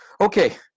Okay